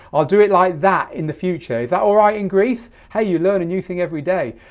i'll do it like that in the future, is that all right in greece? hey, you learn a new thing every day.